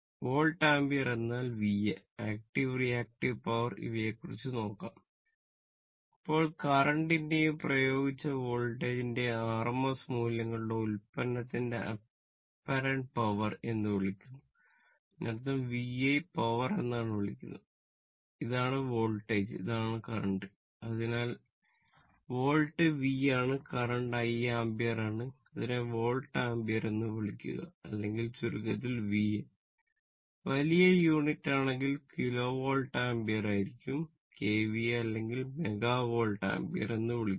volt ampere എന്നാൽ VA active reactive power ഇവയെ കുറിച്ച നോക്കാം ഇപ്പോൾ കറന്റിന്റെയും പ്രയോഗിച്ച വോൾട്ടേജിന്റെയും rms മൂല്യങ്ങളുടെ ഉൽപന്നത്തെ അപ്പറന്റ് പവർ ഇതിനെ അപ്പറന്റ് പവർ എന്നും വിളിക്കുന്നു